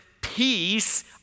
peace